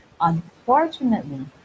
unfortunately